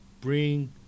bring